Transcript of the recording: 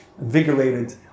invigorated